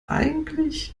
eigentlich